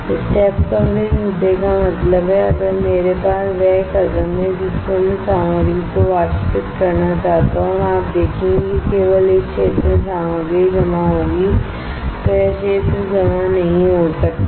step coverage मुद्दे का मतलब है अगर मेरे पास वह कदम है जिस पर मैं सामग्री को वाष्पित करना चाहता हूं और आप देखेंगे कि केवल इस क्षेत्र में सामग्री जमा होगी तो यह क्षेत्र जमा नहीं हो सकता है